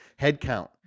headcount